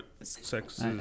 sex